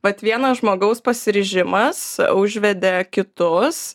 vat vieno žmogaus pasiryžimas užvedė kitus